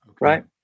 Right